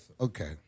Okay